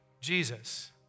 Jesus